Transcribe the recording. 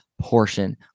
portion